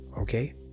Okay